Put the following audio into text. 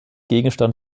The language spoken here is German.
gegenstand